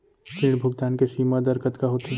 ऋण भुगतान के सीमा दर कतका होथे?